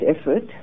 effort